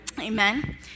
Amen